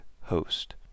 Host